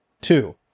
Two